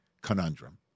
conundrum